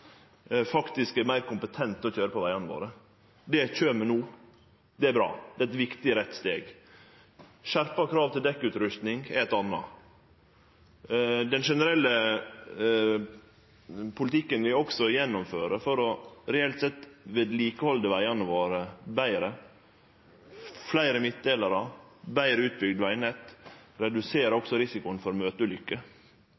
er meir kompetente til å køyre på vegane våre. Det kjem no. Det er bra. Det er eit viktig og rett steg. Skjerpa krav til dekkutrusting er eit anna. Den generelle politikken vi gjennomfører for reelt sett å halde ved like vegane våre betre – fleire midtdelarar og betre utbygd vegnett – reduserer